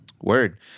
Word